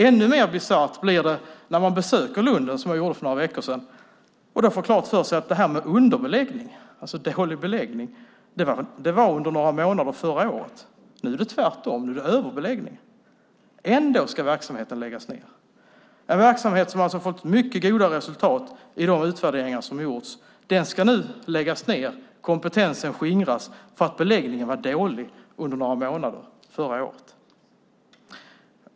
Ännu mer bisarrt blir det när man besöker Lunden, som jag gjorde för några veckor sedan, och man får klart för sig att när det gäller underbeläggning, dålig beläggning, var det under några månader förra året. Nu är det tvärtom. Nu är det överbeläggning. Ändå ska verksamheten läggas ned. Denna verksamhet som har fått mycket goda resultat i de utvärderingar som har gjorts ska nu läggas ned och kompetensen skingras för att beläggningen var dålig under några månader förra året.